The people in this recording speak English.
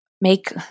Make